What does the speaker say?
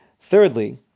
Thirdly